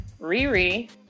Riri